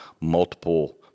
multiple